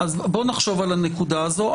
בוא נחשוב על הנקודה הזו.